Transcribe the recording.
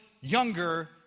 younger